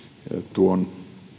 tuon